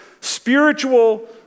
spiritual